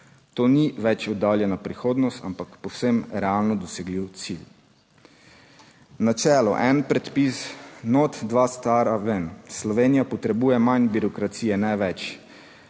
To ni več oddaljena prihodnost, ampak povsem realno dosegljiv cilj. Načelo, en predpis noter dva stara ven, Slovenija potrebuje manj birokracije, ne več.